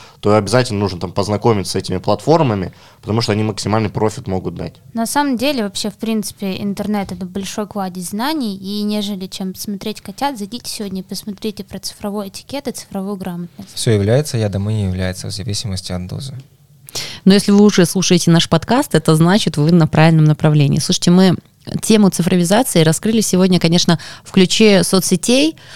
то обязательно нужно там познакомиться с этими платформами, потому что они максимальный профит могут дать. На самом деле, вообще, в принципе, интернет — это большой кладезь знаний, и нежели чем смотреть котят, зайдите сегодня и посмотрите про цифровой этикет и цифровую грамотность. Всё является, я думаю, не является, в зависимости от дозы. Но если вы уже слушаете наш подкаст, это значит, вы на правильном направлении. Слушайте, мы тему цифровизации раскрыли сегодня, конечно, в ключе соцсетей.